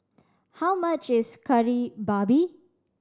how much is Kari Babi